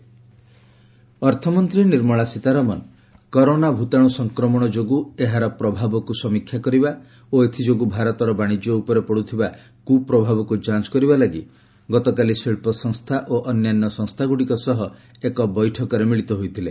FM interaction ଅର୍ଥମନ୍ତ୍ରୀ Nirmala Sitharaman corona ଭୂତାଣୁ ସଂକ୍ରମଣ ଯୋଗୁଁ ଏହାର ପ୍ରଭାବକୁ ସମୀକ୍ଷା କରିବା ଓ ଏଥିଯୋଗୁଁ ଭାରତର ବାଣିଜ୍ୟ ଉପରେ ପଡ଼ୁଥିବା କୁପ୍ରଭାବକୁ ଯାଞ୍ଚ କରିବା ଲାଗି ଗତକାଲି ଶିଳ୍ପ ସଂସ୍ଥା ଓ ଅନ୍ୟାନ୍ୟ ସଂସ୍ଥାଗୁଡ଼ିକ ସହ ଏକ ବୈଠକରେ ମିଳିତ ହୋଇଥିଲେ